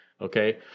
Okay